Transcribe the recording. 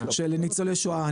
של ניצולי שואה,